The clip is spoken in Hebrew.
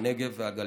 הנגב והגליל.